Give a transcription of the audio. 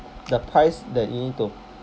the price that you need to